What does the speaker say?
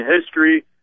history